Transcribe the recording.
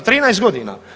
13 godina.